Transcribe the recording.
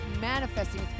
manifesting